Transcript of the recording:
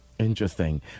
Interesting